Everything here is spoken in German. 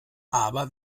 aber